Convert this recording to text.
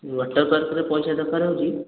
water ପାର୍କରେ ପଇସା ଦରକାର ହେଉଛି